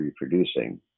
reproducing